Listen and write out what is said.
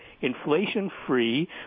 inflation-free